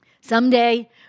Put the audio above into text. Someday